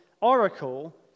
oracle